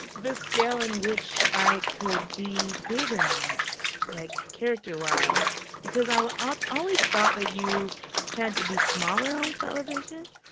the scale in which i could be big or not, like, character-wise because ah i've always thought that you had to be smaller on television,